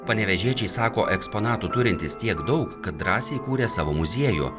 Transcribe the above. panevėžiečiai sako eksponatų turintis tiek daug kad drąsiai įkūrė savo muziejų